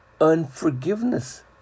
Unforgiveness